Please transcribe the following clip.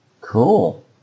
Cool